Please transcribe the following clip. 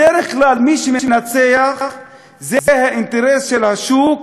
בדרך כלל מי שמנצח זה האינטרס של השוק,